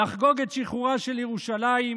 לחגוג את שחרורה של ירושלים,